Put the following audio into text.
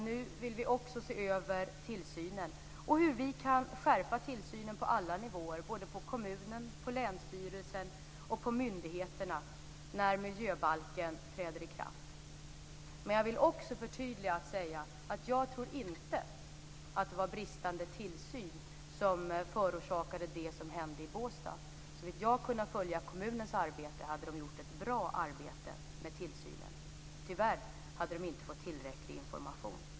Nu vill vi också se över tillsynen och hur vi kan skärpa tillsynen på alla nivåer, i kommunen, länsstyrelsen och myndigheterna, när miljöbalken träder i kraft. Men jag vill också förtydliga och säga att jag inte tror att det var bristande tillsyn som förorsakade det som hände i Båstad. Såvitt jag har kunnat följa kommunens arbete har de gjort ett bra arbete med tillsynen. Tyvärr hade de inte fått tillräcklig information.